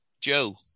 Joe